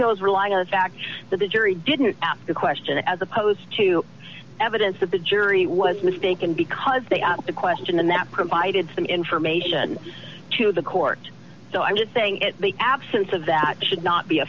peal is relying on the fact that the jury didn't ask the question as opposed to evidence that the jury was mistaken because they asked the question and that provided some information to the court so i'm just saying it the absence of that should not be a